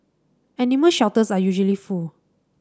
animal shelters are usually full